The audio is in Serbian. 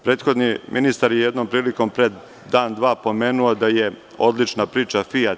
Prethodni ministar je jednom prilikom, pre dan, dva pomenuo da je odlična priča „Fijat“